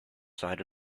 side